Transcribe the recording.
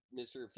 mr